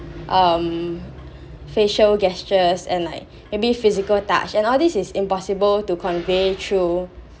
um facial gestures and like maybe physical touch and all these is impossible to convey through